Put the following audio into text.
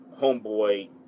Homeboy